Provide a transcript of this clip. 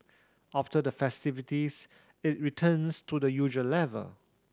after the festivities it returns to the usual level